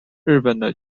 日本